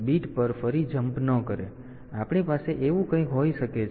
તેથી આપણી પાસે એવું કંઈક હોઈ શકે છે